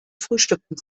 frühstücken